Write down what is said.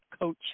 coach